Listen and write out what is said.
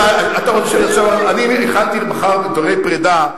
אני הכנתי למחר דברי פרידה,